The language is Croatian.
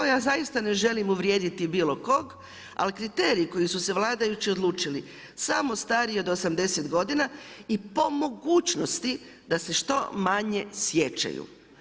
Ja zaista ne želim uvrijediti bilo kog, ali kriteriji koji su se vladajući odlučili samo stariji od 80 godina i po mogućnosti da se što manje sjećaju.